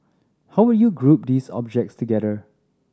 how would you group these objects together